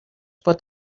pot